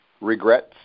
Regrets